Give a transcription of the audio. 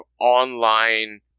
online